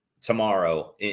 tomorrow